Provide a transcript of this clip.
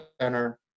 center